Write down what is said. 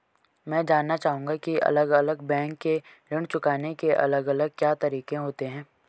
मैं जानना चाहूंगा की अलग अलग बैंक के ऋण चुकाने के अलग अलग क्या तरीके होते हैं?